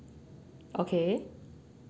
okay